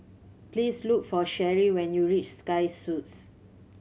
please look for Sherie when you reach Sky Suites